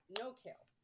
no-kill